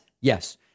Yes